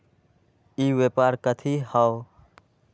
ई व्यापार कथी हव?